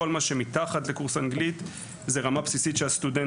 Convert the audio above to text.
כל מה שמתחת לקורס אנגלית זו רמה בסיסית שהסטודנט